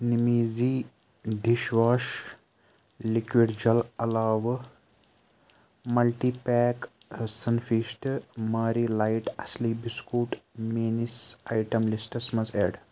نِمیٖزی dish wash liquid جل علاوٕ multi pack sun feast Marie light اَصٕلی بِسکوٗٹ میٛٲنِس آیٹم لِسٹَس منٛز ایٚڈ